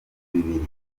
bibiri